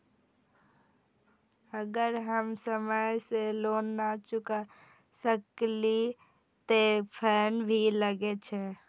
अगर हम समय से लोन ना चुकाए सकलिए ते फैन भी लगे छै?